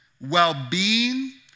well-being